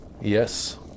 Yes